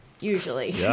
Usually